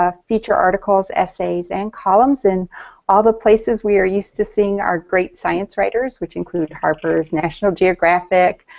ah featured articles, essays, and columns in all the places we are used to seeing our great science writers which included harper's, national geographic,